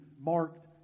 marked